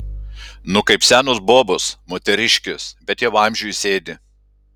nu kaip senos bobos moteriškės bet jau amžiui sėdi